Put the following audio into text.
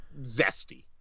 zesty